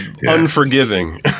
unforgiving